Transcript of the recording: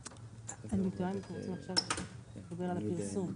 אני תוהה אם תרצו עכשיו לדבר על הפרסום.